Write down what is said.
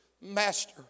master